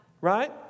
right